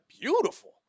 beautiful